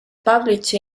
published